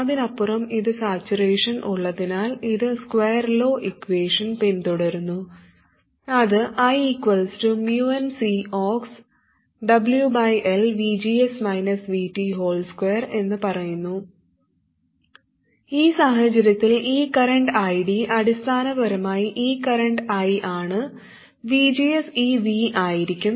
അതിനപ്പുറം ഇത് സാച്ചുറേഷൻ ഉള്ളതിനാൽ ഇത് സ്ക്വയർ ലോ ഇക്വേഷൻ പിന്തുടരുന്നു അത് I nCox2 എന്ന് പറയുന്നു ഈ സാഹചര്യത്തിൽ ഈ കറന്റ് ID അടിസ്ഥാനപരമായി ഈ കറന്റ് I ആണ് VGS ഈ V ആയിരിക്കും